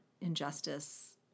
injustice